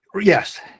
Yes